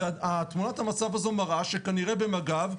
תמונת המצב הזו מראה שכנראה במג"ב,